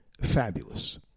fabulous